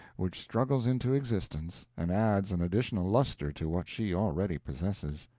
which struggles into existence, and adds an additional luster to what she already possesses.